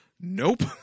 Nope